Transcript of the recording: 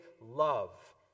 love